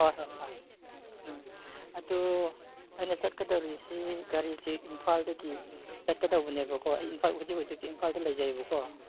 ꯍꯣꯏ ꯍꯣꯏ ꯑꯥ ꯑꯗꯨ ꯑꯩꯅ ꯆꯠꯀꯗꯧꯔꯤꯁꯤ ꯒꯥꯔꯤꯁꯤ ꯏꯝꯐꯥꯜꯗꯒꯤ ꯆꯠꯀꯗꯧꯕꯅꯦꯕꯀꯣ ꯑꯩ ꯏꯝꯐꯥꯜ ꯍꯧꯖꯤꯛ ꯍꯧꯖꯤꯛ ꯏꯝꯐꯥꯜꯗ ꯂꯩꯖꯩꯕꯀꯣ